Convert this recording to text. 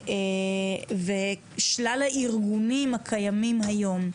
ושלל הארגונים הקיימים היום.